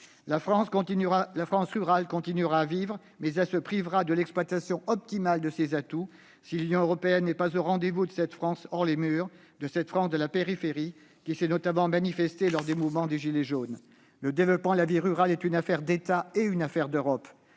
La France rurale continuera de vivre, mais elle se privera de l'exploitation optimale de ses atouts si l'Union européenne n'est pas au rendez-vous de cette France hors les murs, de cette France de la périphérie, qui s'est notamment manifestée lors du mouvement des « gilets jaunes ». Le développement de la vie rurale est l'affaire de l'État et de l'Europe.